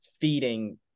feeding